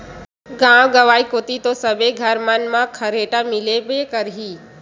गाँव गंवई कोती तो सबे घर मन म खरेटा मिलबे करही